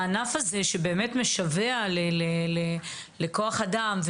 הענף הזה, שבאמת משווע לכוח אדם.